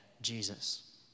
Jesus